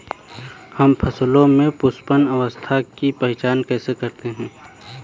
हम फसलों में पुष्पन अवस्था की पहचान कैसे करते हैं?